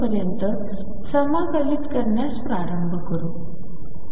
पर्यंत समाकलित करण्यास प्रारंभ करू